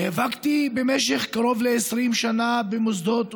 נאבקתי במשך קרוב ל-20 שנה במוסדות,